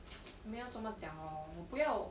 没有怎么讲哦我不要